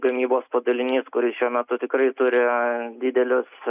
gamybos padalinys kuris šiuo metu tikrai turi didelius